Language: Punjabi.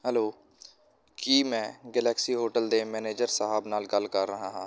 ਹੈਲੋ ਕੀ ਮੈਂ ਗਲੈਕਸੀ ਹੋਟਲ ਦੇ ਮੈਨੇਜਰ ਸਾਹਿਬ ਨਾਲ ਗੱਲ ਕਰ ਰਿਹਾ ਹਾਂ